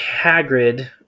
Hagrid